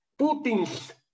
Putin's